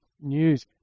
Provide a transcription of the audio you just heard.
news